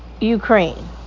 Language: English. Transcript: Ukraine